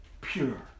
pure